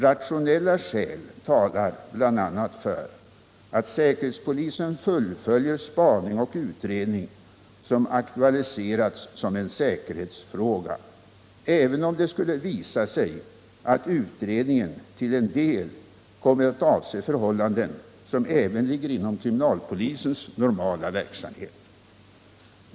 Rationella skäl talar bl.a. för att säkerhetspolisen fullföljer spaning och utredning, som aktualiserats som en säkerhetsfråga, även om det skulle visa sig att utredningen till en del kommit att avse förhållanden som även ligger inom kriminalpolisens normala verksamhet.